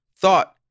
thought